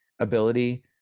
ability